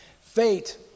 Fate